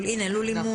הנה, לול אימון.